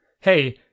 hey